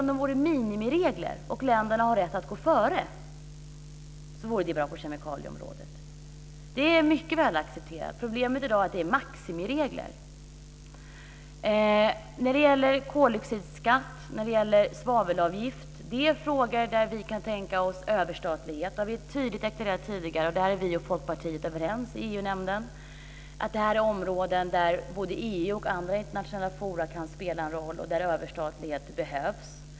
Om det vore fråga om minimiregler och länderna hade rätt att gå före, vore det bra på kemikalieområdet. Det är helt acceptabelt. Problemet är att det i dag är fråga om maximiregler. När det gäller koldioxidskatt och svavelavgift har vi tidigare tydligt deklarerat att vi kan tänka oss överstatlighet. Om detta är mitt parti och Folkpartiet överens i EU-nämnden. Det är områden där både EU och andra internationella forum kan spela en roll och där överstatlighet behövs.